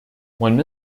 when